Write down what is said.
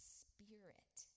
spirit